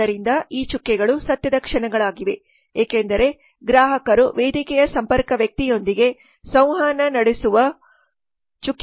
ಆದ್ದರಿಂದ ಈ ಚುಕ್ಕೆಗಳು ಸತ್ಯದ ಕ್ಷಣಗಳಾಗಿವೆ ಏಕೆಂದರೆ ಗ್ರಾಹಕರು ವೇದಿಕೆಯ ಸಂಪರ್ಕ ವ್ಯಕ್ತಿಯೊಂದಿಗೆ ಸಂವಹನ ನಡೆಸುವ ಚುಕ್ಕೆಗಳು ಇವು